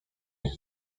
iść